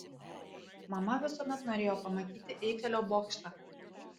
mama visuomet norėjo pamatyti eifelio bokštą